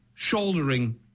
shouldering